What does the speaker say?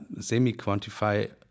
semi-quantify